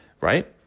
right